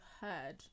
heard